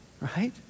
right